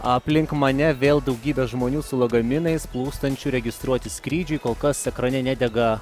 aplink mane vėl daugybė žmonių su lagaminais plūstančių registruotis skrydžiui kol kas ekrane nedega